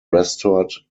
restored